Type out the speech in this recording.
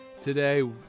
today